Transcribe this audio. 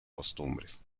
costumbres